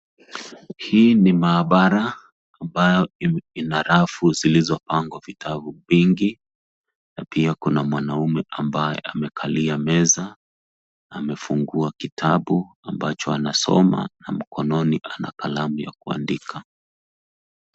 Hii ni maabara ambayo ina rafu zilizopangwa vitabu vingi na pia kuna mwanaume ambaye amekalia meza, amefungua kitabu ambacho anasoma na mkononi ana kalamu ya kuandika.